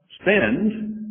spend